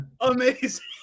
amazing